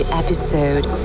episode